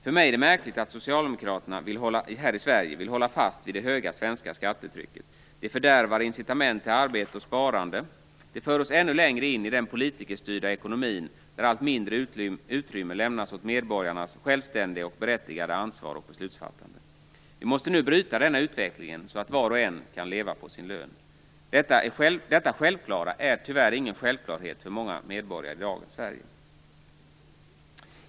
För mig är det märkligt att socialdemokraterna här i Sverige vill hålla fast vid det höga svenska skattetrycket. Det fördärvar incitamentet till arbete och sparande. Det för oss ännu längre in i den politikerstyrda ekonomin, där allt mindre utrymme lämnas åt medborgarnas självständiga och berättigade ansvar och beslutsfattande. Vi måste bryta denna utveckling så att var och en kan leva på sin lön. Detta självklara är tyvärr ingen självklarhet för många medborgare i dagens Sverige.